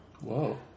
whoa